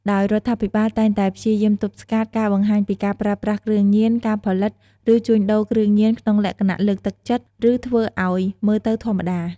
ដោយរដ្ឋាភិបាលតែងតែព្យាយាមទប់ស្កាត់ការបង្ហាញពីការប្រើប្រាស់គ្រឿងញៀន ការផលិត ឬជួញដូរគ្រឿងញៀនក្នុងលក្ខណៈលើកទឹកចិត្ត ឬធ្វើឲ្យមើលទៅធម្មតា។